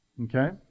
okay